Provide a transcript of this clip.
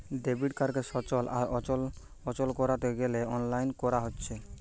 debit কার্ডকে সচল আর অচল কোরতে গ্যালে অনলাইন কোরা হচ্ছে